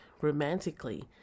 romantically